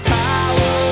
power